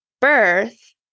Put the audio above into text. birth